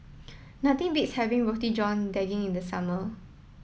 nothing beats having Roti John Daging in the summer